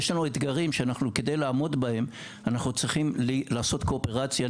יש לנו אתגרים שכדי לעמוד בהם אנחנו צריכים לעשות קואופרציה,